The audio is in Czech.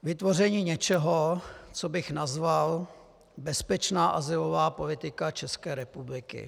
Vytvoření něčeho, co bych nazval bezpečná azylová politika České republiky.